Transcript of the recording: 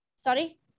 sorry